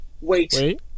wait